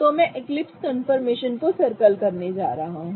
तो मैं eclipse confirmation को सर्कल करने जा रहा हूं